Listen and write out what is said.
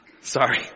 sorry